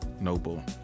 Noble